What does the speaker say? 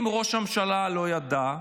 אם ראש הממשלה לא ידע,